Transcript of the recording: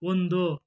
ಒಂದು